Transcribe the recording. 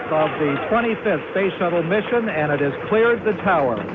um the twenty fifth space shuttle mission, and it has cleared the tower